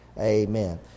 Amen